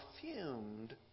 perfumed